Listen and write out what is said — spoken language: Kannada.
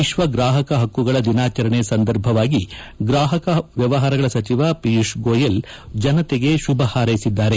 ವಿಶ್ವ ಗ್ರಾಹಕ ಹಕ್ಕುಗಳ ದಿನಾಚರಣೆ ಸಂದರ್ಭವಾಗಿ ಗ್ರಾಹಕ ವ್ಲವಹಾರಗಳ ಸಚಿವ ಪಿಯೂಷ್ ಗೋಯಲ್ ಜನತೆಗೆ ಶುಭ ಕೋರಿದ್ದಾರೆ